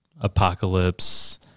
Apocalypse